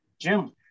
Jim